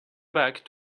back